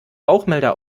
rauchmelder